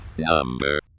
Number